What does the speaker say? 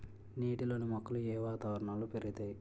నీటిలోని మొక్కలు ఏ వాతావరణంలో పెరుగుతాయి?